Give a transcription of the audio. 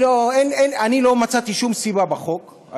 אני לא מצאתי שום סיבה בחוק,